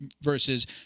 versus